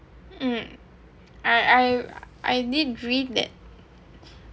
mm I I did read that mm I I